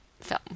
film